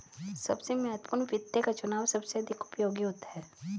सबसे महत्वपूर्ण वित्त का चुनाव सबसे अधिक उपयोगी होता है